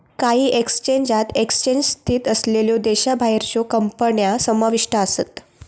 काही एक्सचेंजात एक्सचेंज स्थित असलेल्यो देशाबाहेरच्यो कंपन्या समाविष्ट आसत